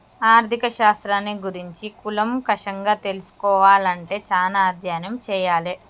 ఆర్ధిక శాస్త్రాన్ని గురించి కూలంకషంగా తెల్సుకోవాలే అంటే చానా అధ్యయనం చెయ్యాలే